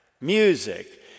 music